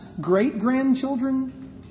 great-grandchildren